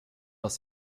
aus